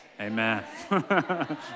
amen